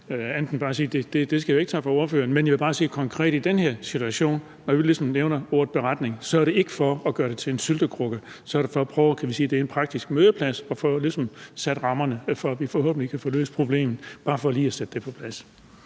erfaringer med beretninger fra ordføreren. Jeg vil bare sige, at når vi konkret i den her situation ligesom nævner ordet beretning, er det ikke for at gøre det til en syltekrukke; så er det for at prøve at gøre det til en praktisk mødeplads for ligesom at få sat rammerne for, at vi forhåbentlig kan få løst problemet. Det var bare lige for at sætte det på plads.